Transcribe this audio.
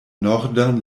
nordan